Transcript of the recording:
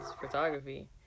photography